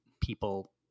People